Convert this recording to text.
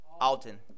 Alton